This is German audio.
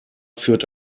führt